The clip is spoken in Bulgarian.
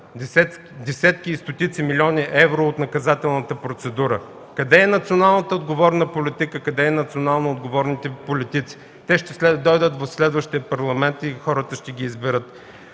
десетки и стотици милиони евро – от наказателната процедура. Къде е национално отговорната политика, къде са национално отговорните политици? Те ще дойдат в следващия Парламент – хората ще ги изберат.